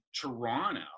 Toronto